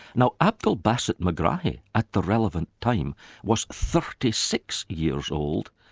now abdel basset megrahi at the relevant time was thirty six years old,